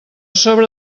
sobre